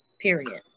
period